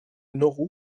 nauru